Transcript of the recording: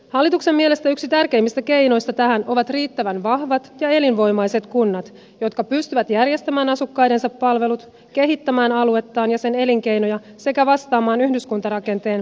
hallituksen mielestä yksi tärkeimmistä keinoista tähän on riittävän vahvat ja elinvoimaiset kunnat jotka pystyvät järjestämään asukkaidensa palvelut kehittämään aluettaan ja sen elinkeinoja sekä vastaamaan yhdyskuntarakenteen hajautumisen haasteisiin